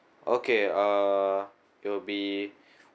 okay uh it'll be